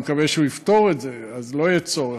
אני מקווה שהוא יפתור את זה ואז לא יהיה צורך,